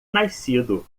nascido